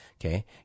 Okay